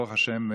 ברוך השם,